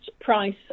price